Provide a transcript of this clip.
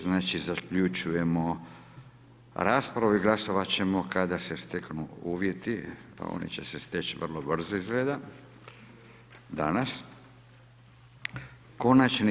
Znači zaključujemo raspravu i glasovat ćemo kada se steknu uvjeti, a oni će se steći vrlo brzo izgleda, danas.